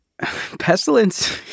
Pestilence